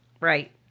Right